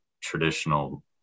traditional